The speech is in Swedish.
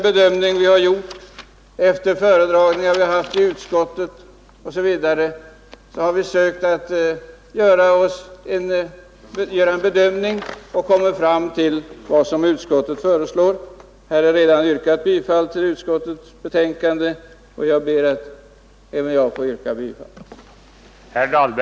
Efter föredragningar osv. har vi i utskottet sökt göra en bedömning och kommit fram till det som utskottet föreslår. Här har redan yrkats bifall till utskottets hemställan, och jag ansluter mig till detta yrkande.